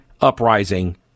uprising